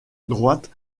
droite